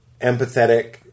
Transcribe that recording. empathetic